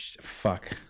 fuck